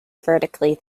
vertically